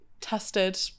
tested